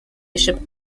bishop